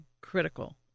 critical